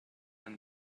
and